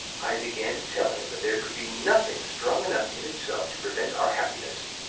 i began to tell him that there could be nothing strong enough in itself to prevent our happiness